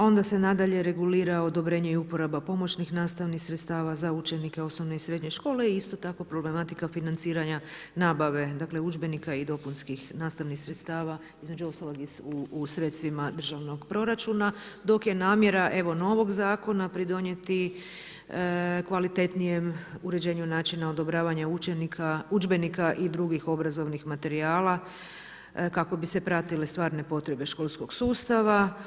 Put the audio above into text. Onda se nadalje regulira odobrenje i uporaba pomoćnih nastavnih sredstava za učenike osnovne i srednje škole i isto tako problematika financiranja nabave, dakle, udžbenika i dopunskih nastanih sredstava između ostalog i u sredstvima državnog proračuna, dok je namjera novog zakona pridonijeti kvalitetnijem uređenju načinu odobravanja udžbenika i drugih obrazovnih materijala kako bi se pratile stvarne potrebe školskog sustava.